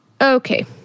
Okay